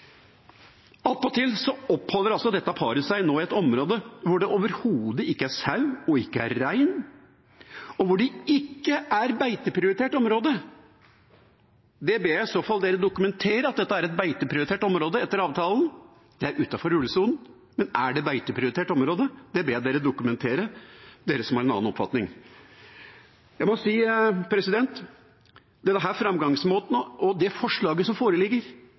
oppholder dette paret seg nå i et område hvor det overhodet ikke er sau eller rein, og som ikke er et beiteprioritert område. Jeg ber en i så fall dokumentere at dette er et beiteprioritert område etter avtalen. Det er utenfor ulvesonen, men er det et beiteprioritert område? Det ber jeg dem som har en annen oppfatning, dokumentere. Jeg må si at denne framgangsmåten og det forslaget som foreligger,